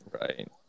Right